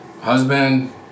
Husband